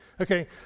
okay